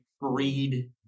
breed